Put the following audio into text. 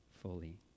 fully